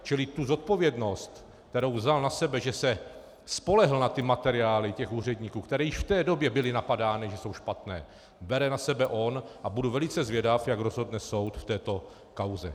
Čili tu zodpovědnost, kterou vzal na sebe, že se spolehl na ty materiály úředníků, které již v té době byly napadány, že jsou špatné, bere na sebe on, a budu velice zvědav, jak rozhodne soud v této kauze.